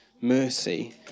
mercy